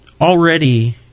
already